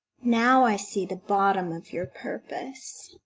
now i see the bottom of your purpose.